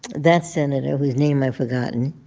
that senator, whose name i've forgotten,